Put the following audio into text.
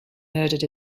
murdered